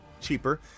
cheaper